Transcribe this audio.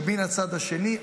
ומן הצד השני,